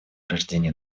рождения